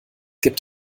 gibt